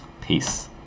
peace